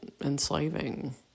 enslaving